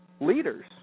leaders